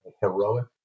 heroic